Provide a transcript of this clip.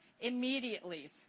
immediately